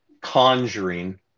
conjuring